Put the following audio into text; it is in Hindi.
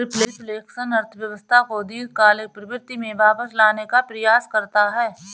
रिफ्लेक्शन अर्थव्यवस्था को दीर्घकालिक प्रवृत्ति में वापस लाने का प्रयास करता है